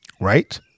right